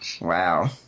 Wow